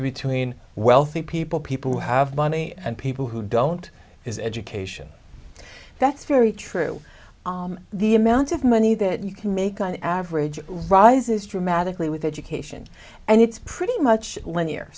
between wealthy people people who have money and people who don't is education that's very true the amount of money that you can make on average rises dramatically with education and it's pretty much